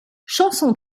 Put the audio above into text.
chansons